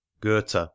Goethe